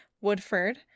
Woodford